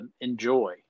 enjoy